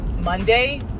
monday